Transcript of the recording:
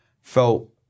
felt